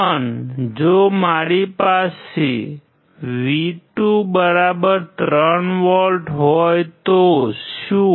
પણ જો મારી પાસે V23V હોય તો શું